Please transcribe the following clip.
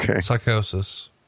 Psychosis